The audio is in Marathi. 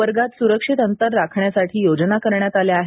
वर्गात सुरक्षित अंतर राखण्यासाठी योजना करण्यात आल्या आहेत